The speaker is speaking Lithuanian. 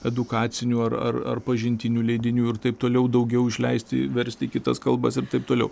edukacinių ar ar ar pažintinių leidinių ir taip toliau daugiau išleisti versti į kitas kalbas ir taip toliau